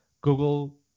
Google